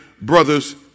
brothers